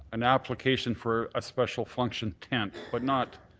an application for a special function tent, but not